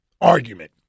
argument